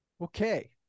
Okay